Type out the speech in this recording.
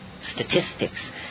statistics